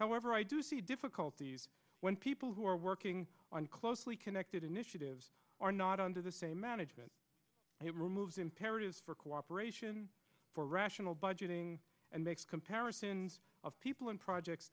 however i do see difficulties when people who are working on closely connected initiatives are not under the same management it removes imperatives for cooperation for rational budgeting and makes comparisons of people in projects